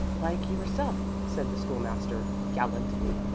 like yourself, said the school-master, gallantly.